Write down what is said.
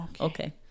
Okay